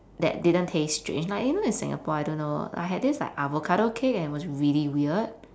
that didn't taste strange like you know in singapore I don't know I had this like avocado cake and it was really weird